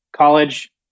college